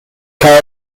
karl